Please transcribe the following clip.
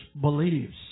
believes